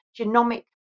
genomic